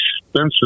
expensive